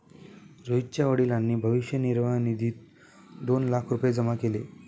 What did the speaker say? रोहितच्या वडिलांनी भविष्य निर्वाह निधीत दोन लाख रुपये जमा केले